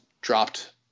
dropped